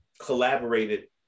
collaborated